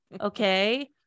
Okay